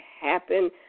happen